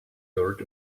dirt